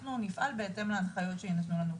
אנחנו נפעל בהתאם להנחיות שיינתנו לנו.